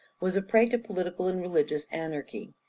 was a prey to political and religious anarchy.